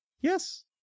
Yes